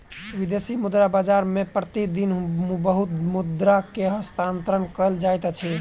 विदेशी मुद्रा बाजार मे प्रति दिन बहुत मुद्रा के हस्तांतरण कयल जाइत अछि